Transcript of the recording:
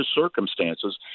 circumstances